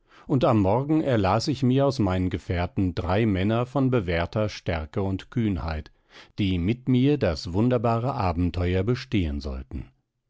und am morgen erlas ich mir aus meinen gefährten drei männer von bewährter stärke und kühnheit die mit mir das wunderbare abenteuer bestehen sollten